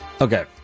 Okay